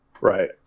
Right